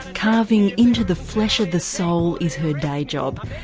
carving into the flesh of the soul is her day job.